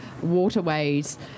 waterways